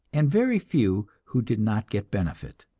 and very few who did not get benefit.